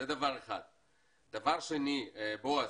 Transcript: דבר שני, בועז,